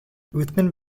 uthman